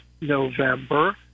November